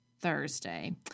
Thursday